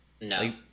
No